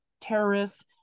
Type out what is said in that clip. terrorists